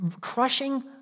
crushing